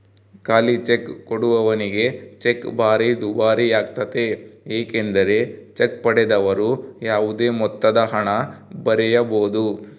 ಖಾಲಿಚೆಕ್ ಕೊಡುವವನಿಗೆ ಚೆಕ್ ಭಾರಿ ದುಬಾರಿಯಾಗ್ತತೆ ಏಕೆಂದರೆ ಚೆಕ್ ಪಡೆದವರು ಯಾವುದೇ ಮೊತ್ತದಹಣ ಬರೆಯಬೊದು